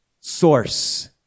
source